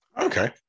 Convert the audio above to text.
Okay